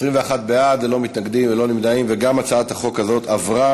להצבעה על פ/1381, הצעת חוק חובת